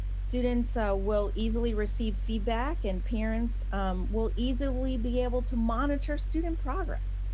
students so will easily receive feedback and parents will easily be able to monitor student progress.